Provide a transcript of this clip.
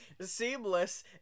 Seamless